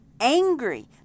angry